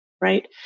Right